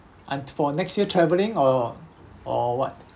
and for next year travelling or or what